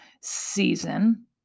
season